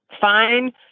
fine